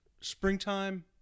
springtime